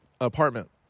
apartment